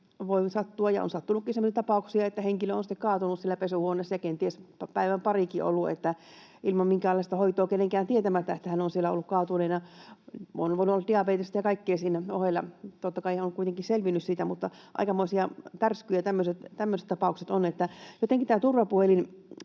voi sattua ja on sattunutkin semmoisia tapauksia, että henkilö on sitten kaatunut siellä pesuhuoneessa ja kenties päivän, parikin, ollut ilman minkäänlaista hoitoa kenenkään tietämättä, että hän on siellä ollut kaatuneena. On voinut olla diabetesta ja kaikkea siinä ohella. Totta kai hän on kuitenkin selvinnyt siitä, mutta aikamoisia tärskyjä tämmöiset tapaukset ovat. Jotenkin tämä turvapuhelinhomma